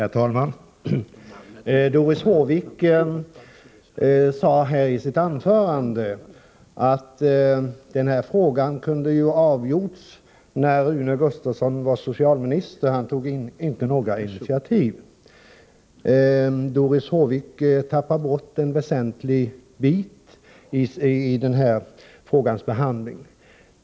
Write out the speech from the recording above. Herr talman! Doris Håvik sade i sitt anförande att frågan om pensionstillskott vid undantagande från ATP kunde ha avgjorts när jag var socialminister men att jag inte tog några initiativ. Doris Håvik tappar bort en väsentlig bit i beskrivningen av frågans behandling.